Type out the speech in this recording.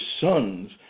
sons